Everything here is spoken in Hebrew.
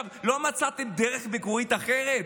לא מצאתם דרך מקורית אחרת?